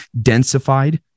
densified